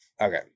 okay